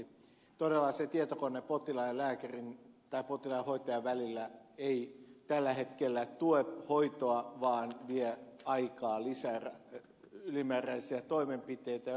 todella se tietokone potilaan ja lääkärin tai potilaan ja hoitajan välillä ei tällä hetkellä tue hoitoa vaan vie aikaa ja lisää ylimääräisiä toimenpiteitä jotka eivät edistä hoitoa